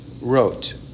wrote